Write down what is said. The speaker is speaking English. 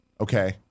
Okay